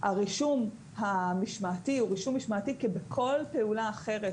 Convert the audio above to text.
הרישום המשמעתי הוא רישום משמעתי כבכל פעולה אחרת